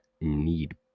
need